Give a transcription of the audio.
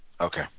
Okay